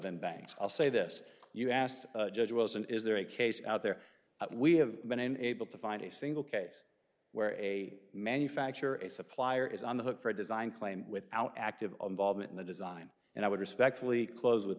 than banks i'll say this you asked judge wilson is there a case out there that we have been able to find a single case where a manufacturer a supplier is on the hook for a design claim without active involvement in the design and i would respectfully close with